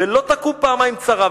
ולא תקום פעמיים צרה,